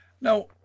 Now